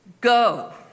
Go